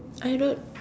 I don't